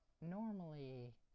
normally